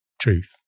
truth